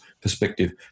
perspective